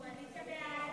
ההצעה להעביר את